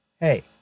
Hey